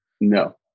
No